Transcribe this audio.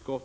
svaret.